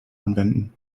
anwenden